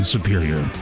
Superior